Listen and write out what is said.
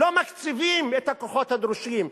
לא מקציבים את הכוחות הדרושים.